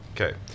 Okay